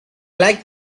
like